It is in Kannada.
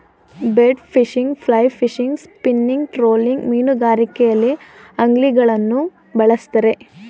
bait fishing, fly fishing, spinning, trolling ಮೀನುಗಾರಿಕೆಯಲ್ಲಿ ಅಂಗ್ಲಿಂಗ್ಗಳನ್ನು ಬಳ್ಸತ್ತರೆ